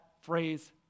phrase